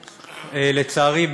לצערי,